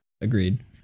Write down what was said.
agreed